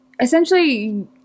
essentially